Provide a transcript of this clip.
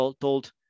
told